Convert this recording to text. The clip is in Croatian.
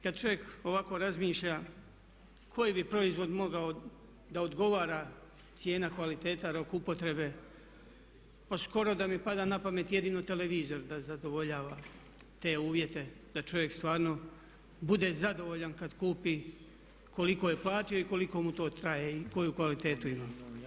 Kad čovjek ovako razmišlja koji bi proizvod mogao da odgovara cijena, kvaliteta, rok upotrebe, pa skoro da mi pada na pamet jedino televizor da zadovoljava te uvjete da čovjek stvarno bude zadovoljan kad kupi koliko je platio i koliko mu to traje i koju kvalitetu ima.